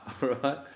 Right